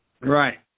Right